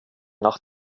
nach